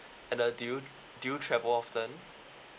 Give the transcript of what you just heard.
and uh do you do you travel often